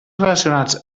relacionats